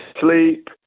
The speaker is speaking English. sleep